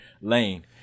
lane